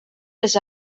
les